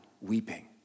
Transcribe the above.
weeping